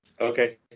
Okay